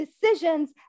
decisions